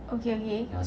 okay okay